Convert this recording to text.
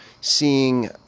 seeing